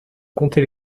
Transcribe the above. comptait